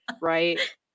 right